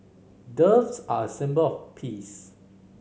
doves are a symbol of peace